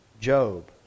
Job